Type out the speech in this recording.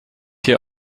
hier